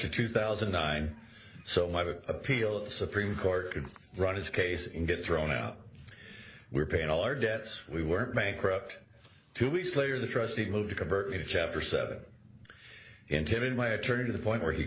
of two thousand and nine so my appeal of the supreme court could run its case and get thrown out we're paying all our debts we were bankrupt two weeks later the trustee moved to convert a chapter seven intended my attorney to the point where he